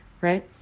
right